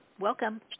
Welcome